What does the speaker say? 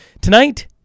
Tonight